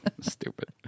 Stupid